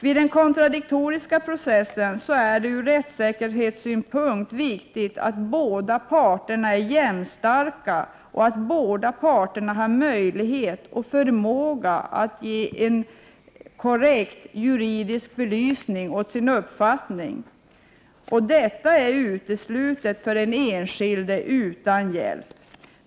Vid den kontradiktoriska processen är det ur rättssäkerhetssynpunkt viktigt att båda parter är jämstarka och att de har möjlighet och förmåga att ge en korrekt juridisk belysning av sin uppfattning. Utan någon hjälp är detta uteslutet för den enskilde.